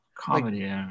comedy